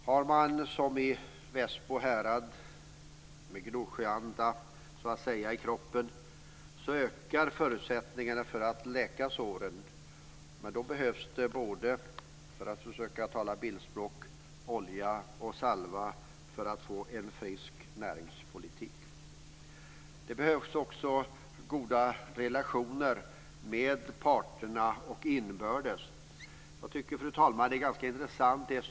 Har man som i Västbo härad Gnosjöanda "i kroppen" ökar förutsättningarna för att läka såren, men då behövs det - för att tala bildspråk - både olja och salva för att få en frisk näringspolitik. Det behövs också goda relationer med parterna och inbördes mellan parterna. Fru talman!